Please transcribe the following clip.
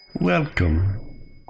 Welcome